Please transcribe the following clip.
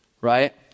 right